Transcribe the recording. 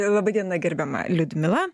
laba diena gerbiama liudmila